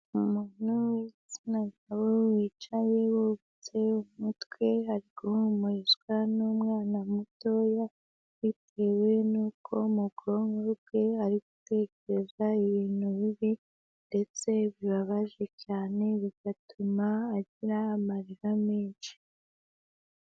Umuntu w'igitsina gabo wicaye wubitse umutwe, ari guhumurizwa n'umwana mutoya bitewe nuko mu bwonko bwe ari gutekereza ibintu bibi ndetse bibabaje cyane, bigatuma agira amarira menshi.